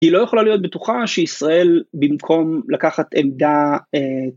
היא לא יכולה להיות בטוחה שישראל במקום לקחת עמדה